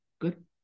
Good